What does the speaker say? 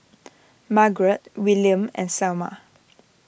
Margarett Willam and Selma